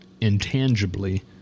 intangibly